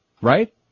Right